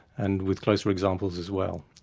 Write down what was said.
and with closer examples as well.